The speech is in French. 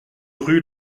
rue